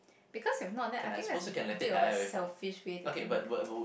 because if not that I think that's a bit of a selfish way to think